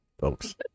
Folks